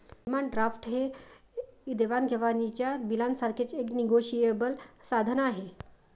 demand draft हे देवाण घेवाणीच्या बिलासारखेच एक निगोशिएबल साधन आहे